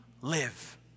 live